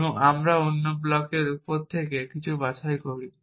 এবং আমরা অন্য ব্লকের উপরে থেকে কিছু বাছাই করি